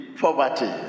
poverty